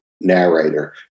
Narrator